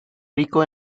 rico